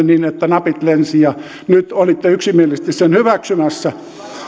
niin että napit lensivät ja nyt olitte yksimielisesti sen hyväksymässä